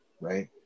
right